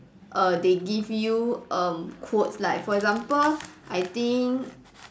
err they give you um quotes like for example I think